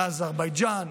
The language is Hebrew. באזרבייג'ן,